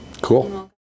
Cool